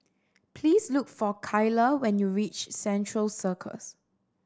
please look for Keila when you reach Central Circus